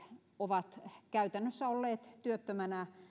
ovat käytännössä olleet työttöminä